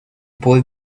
boy